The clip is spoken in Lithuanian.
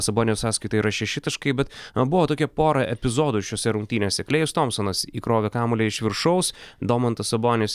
sabonio sąskaitoje yra šeši taškai bet na buvo tokie pora epizodų šiose rungtynėse klėjus tompsonas įkrovė kamuolį iš viršaus domantas sabonis